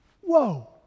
whoa